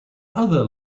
other